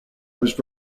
was